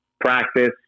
practice